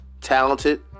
talented